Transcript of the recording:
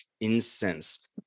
incense